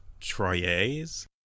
Troyes